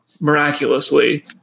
miraculously